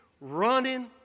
running